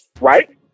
Right